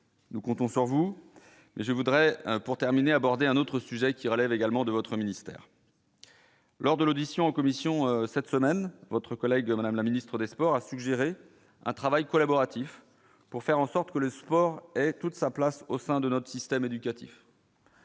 nous comptons sur vous, mais je voudrais pour terminer aborder un autre sujet qui relève également de votre ministère. Lors de l'audition en commission, cette semaine, votre collègue de Madame la ministre des Sports a suggéré un travail collaboratif pour faire en sorte que le sport et toute sa place au sein de notre système éducatif.